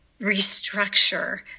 restructure